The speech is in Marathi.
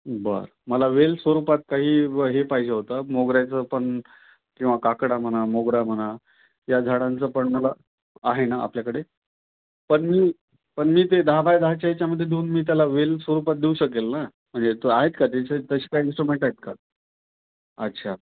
बरं मला वेल स्वरूपात काही हे पाहिजे होतं मोगऱ्याचंपण किंवा काकडा म्हणा मोगरा म्हणा या झाडांचं पण मला आहे ना आपल्याकडे पण मीपण मी ते दहा बाय दहाच्या याच्यामध्ये दोन्ही त्याला वेल स्वरूपात देऊ शकेल ना म्हणजे त आहेत का त्याच्या तसे काय इंस्ट्रुमेंट आहेत का अच्छा